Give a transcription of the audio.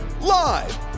Live